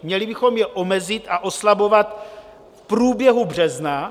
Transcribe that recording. Měli bychom je omezit a oslabovat v průběhu března.